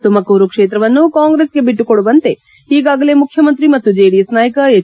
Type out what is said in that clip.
ತುಮಕೂರು ಕ್ಷೇತ್ರವನ್ನು ಕಾಂಗ್ರೆಸ್ಗೆ ಬಿಟ್ಟುಕೊಡುವಂತೆ ಈಗಾಗಲೆ ಮುಖ್ಯಮಂತ್ರಿ ಮತ್ತು ಜೆಡಿಎಸ್ ನಾಯಕ ಎಚ್